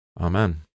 Amen